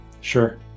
Sure